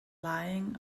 lying